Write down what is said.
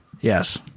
Yes